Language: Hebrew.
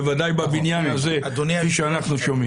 בוודאי בבניין הזה כפי שאנחנו שומעים.